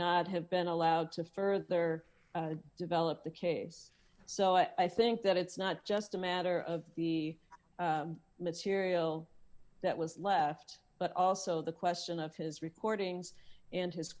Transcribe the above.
not have been allowed to further develop the case so i think that it's not just a matter of the material that was left but also the question of his recordings and his